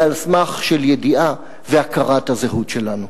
יהיה על סמך ידיעה והכרת הזהות שלנו.